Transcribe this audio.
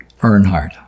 Earnhardt